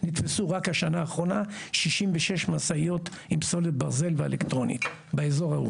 נתפסו רק השנה האחרונה 66 משאיות עם פסולת ברזל ואלקטרונית באזור ההוא.